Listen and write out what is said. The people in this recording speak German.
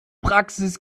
praxis